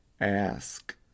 Ask